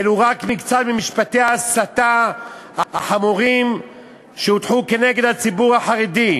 אלה רק מקצת ממשפטי ההסתה החמורים שהוטחו נגד הציבור החרדי.